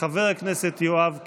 חבר הכנסת יואב קיש.